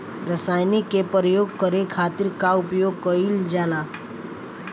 रसायनिक के प्रयोग करे खातिर का उपयोग कईल जाला?